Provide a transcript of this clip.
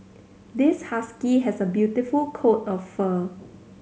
this husky has a beautiful coat of fur